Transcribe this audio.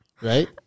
Right